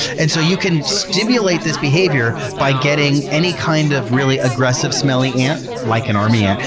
and so you can stimulate this behavior by getting any kind of really aggressive, smelly ant, like an army ant,